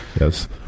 Yes